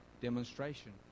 demonstration